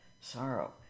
sorrow